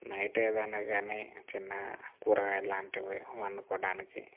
night ఏదయినా కాని చిన్న కూరగాయలాంటివి వండుకోవడానికి